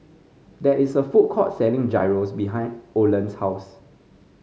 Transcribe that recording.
there is a food court selling Gyros behind Oland's house